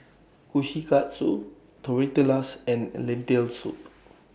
Kushikatsu Tortillas and Lentil Soup